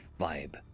vibe